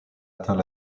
atteint